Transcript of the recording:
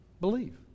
Believe